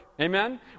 amen